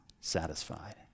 satisfied